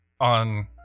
on